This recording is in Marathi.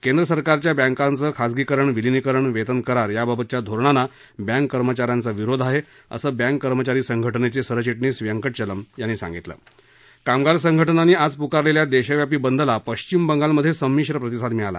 केंद्र सरकारच्या बँकांचं खाजगीकरण विलीनीकरण वेतन करार याबाबतच्या धोरणांना बँक कर्मचा यांचा विरोध आहे असं बैंक कर्मचारी संघटनेचे सरचिटणीस व्यंकटचलम यांनी सांगितलं कामगार संघटनांनी आज पुकारलेल्या देशव्यापी बंदला पश्चिम बंगालमध्ये संमिश्र प्रतिसाद मिळाला